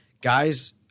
guys